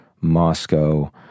Moscow